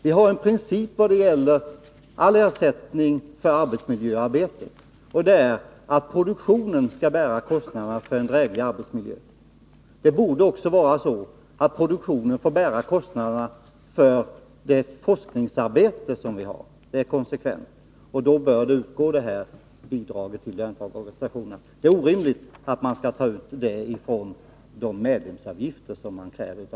Vi har en princip när det gäller all ersättning för arbetsmiljöarbetet, och den är att produktionen skall bära kostnaderna för en dräglig arbetsmiljö. Det borde också vara så att produktionen får bära kostnaderna för forskningsarbetet. Det vore konsekvent. Då bör detta bidrag utgå till löntagarorganisationerna. Det är orimligt att ta ut dessa kostnader från medlemsavgifterna.